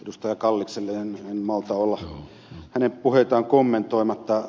kallikselle en malta olla hänen puheitaan kommentoimatta